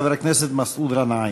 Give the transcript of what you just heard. חבר הכנסת מסעוד גנאים.